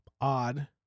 odd